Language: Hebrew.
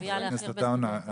חבר הכנסת עטאונה,